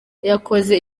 yakoze